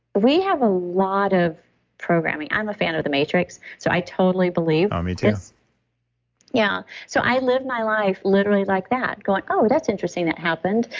we have a lot of programming. i'm a fan of the matrix, so i totally believe um me too yeah so i live my life literally like that going, oh, that's interesting, that happened.